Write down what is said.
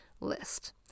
list